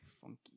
funky